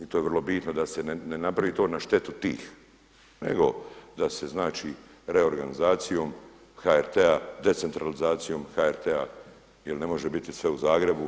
I tu je vrlo bitno da se ne napravi to na štetu tih, nego da se znači reorganizacijom HRT-a, decentralizacijom HRT-a jer ne može biti sve u Zagrebu.